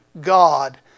God